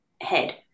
head